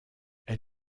elle